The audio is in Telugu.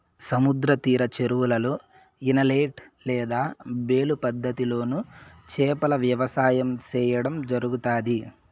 సముద్ర తీర చెరువులలో, ఇనలేట్ లేదా బేలు పద్ధతి లోను చేపల వ్యవసాయం సేయడం జరుగుతాది